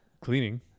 cleaning